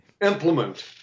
implement